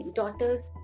daughters